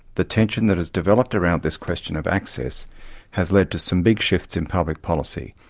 the tension that has developed around this question of access has led to some big shifts in public policy,